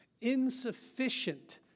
insufficient